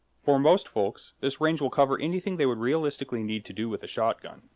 for most folks, this range will cover anything they would realistically need to do with a shotgun.